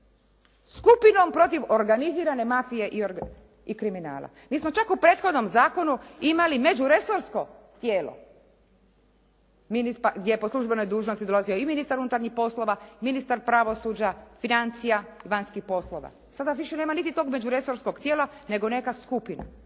Skupinom protiv organizirane mafije i kriminala. Mi smo čak u prethodnom zakonu imali međuresorsko tijelo, gdje je po službenoj dužnosti dolazio i ministar unutarnjih poslova, ministar pravosuđa, financija, vanjskih poslova. Sada više nema niti tog međuresorskog tijela, nego neka skupina.